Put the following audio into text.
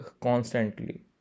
constantly